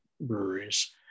breweries